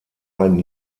ein